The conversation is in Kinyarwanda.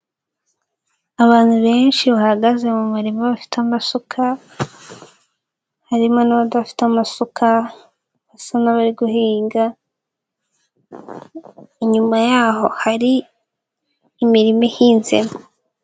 Abantu benshi bahagaze mu murima bafite amasuka, harimo n'abadafite amasuka basa n'abari guhinga, inyuma yaho hari imirima ihinzemo.